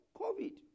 COVID